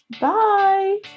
Bye